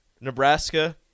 Nebraska